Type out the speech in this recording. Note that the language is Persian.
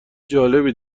جالبی